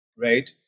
right